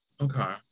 Okay